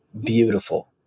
beautiful